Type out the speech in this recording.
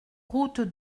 route